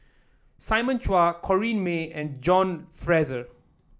Simon Chua Corrinne May and John Fraser